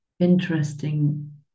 interesting